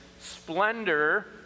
splendor